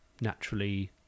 naturally